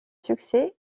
succès